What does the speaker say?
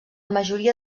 majoria